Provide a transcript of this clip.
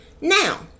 now